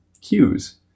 cues